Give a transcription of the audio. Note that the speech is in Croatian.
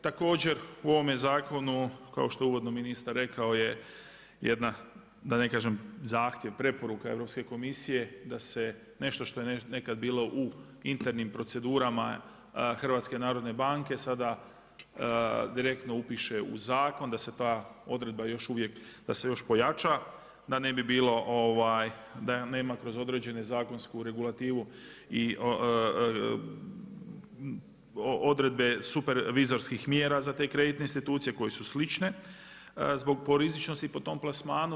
Također u ovome zakonu kao što je uvodno ministar rekao jedna da ne kažem zahtjev, preporuka Europske komisije da se nešto što je nekad bilo u internim procedurama HNB-a sada direktno upiše u zakon, da se ta odredba još uvijek da se još pojača da ne bi bilo da nema kroz određenu zakonsku regulativu odredbe supervizorskih mjera za te kreditne institucije koje su slične po rizičnosti po tom plasmanu.